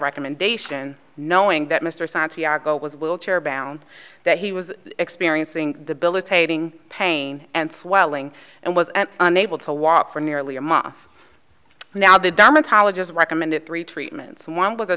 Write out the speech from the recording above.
recommendation knowing that mr santiago was will chair bound that he was experiencing debilitating pain and swelling and was unable to walk for nearly a month now the dominant ologist recommended three treatments one was a